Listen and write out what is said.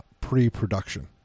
pre-production